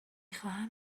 خواهم